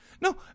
No